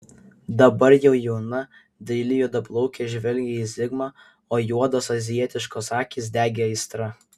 dabar jau jauna daili juodaplaukė žvelgė į zigmą o juodos azijietiškos akys degė aistra